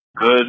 Good